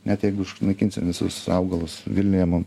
net jeigu išnaikinsim visus augalus vilniuje mum